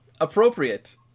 Appropriate